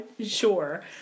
sure